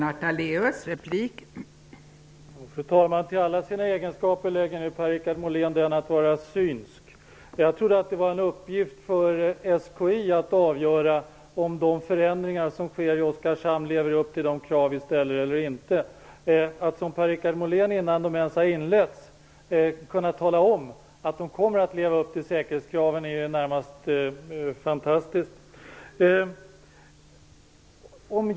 Fru talman! Till alla sina egenskaper lägger nu Per Richard Molén den att vara synsk. Jag trodde att det var en uppgift för SKI att avgöra om de förändringar som görs i Oskarshamn motsvarar de krav som vi ställer eller inte. Att som Per-Richard Molén redan innan de införts tala om att de kommer att uppfylla säkerhetskraven är närmast fantastiskt.